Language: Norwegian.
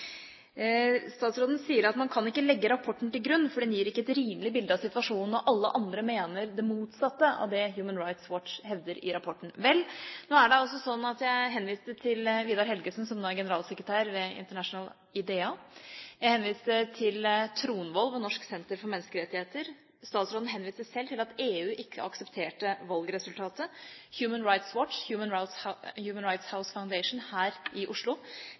Statsråden sier at man ikke kan legge rapporten til grunn fordi den ikke gir et rimelig bilde av situasjonen – og fordi alle andre mener det motsatte av det som Human Rights Watch hevder i rapporten. Jeg henviste altså til Vidar Helgesen, som nå er generalsekretær ved International IDEA. Jeg henviste til Tronvoll ved Norsk senter for menneskerettigheter. Statsråden henviste selv til at EU ikke aksepterte valgresultatet. Human Rights Watch, Human Rights House Foundation her i Oslo,